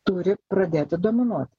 turi pradėti dominuoti